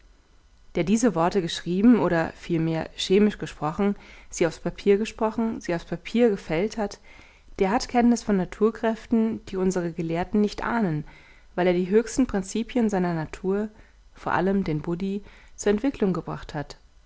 der diese worte geschrieben oder vielmehr chemisch gesprochen sie aufs papier gesprochen sie aufs papier gefällt hat der hat kenntnis von naturkräften die unsere gelehrten nicht ahnen weil er die höchsten prinzipien seiner natur vor allem den buddhi zur entwicklung gebracht hat